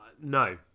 No